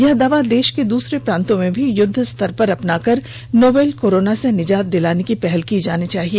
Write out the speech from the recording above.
यह दवा देश के दूसरे प्रांत में भी युद्धस्तर पर अपनाकर नोवेल कोरोना से निजात दिलाने की पहल की जानी चाहिए